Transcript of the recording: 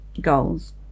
goals